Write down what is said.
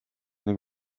ning